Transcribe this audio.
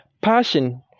passion